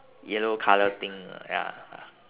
yellow colour thing uh ya